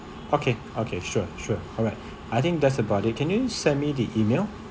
okay okay sure sure alright I think that's about it can you send me the email